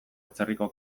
atzerriko